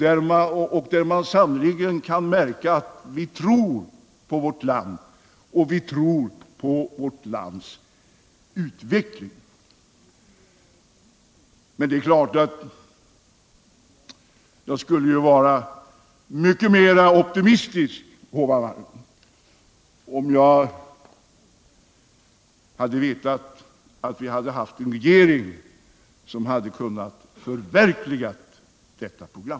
Där kan man sannerligen märka att vi tror på vårt land och dess utveckling. Men det är klart att jag skulle vara mycket mera optimistisk, herr Hovhammar, om vi hade en regering som kunde förverkliga detta program.